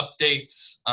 updates